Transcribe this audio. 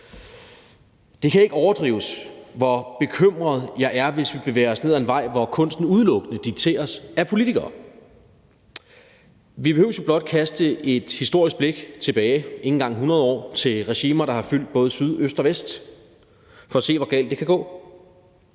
Det kan ikke overdrives, hvor bekymret jeg er, hvis vi bevæger os ned ad en vej, hvor kunsten udelukkende dikteres af politikere. Vi behøver jo blot at kaste et historisk blik ikke engang 100 år tilbage til regimer, der har fyldt i både syd, øst og vest, for at se, hvor galt det kan gå.